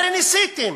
הרי ניסיתם